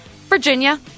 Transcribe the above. Virginia